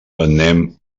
anem